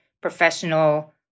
professional